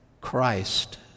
Christ